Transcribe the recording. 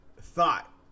thought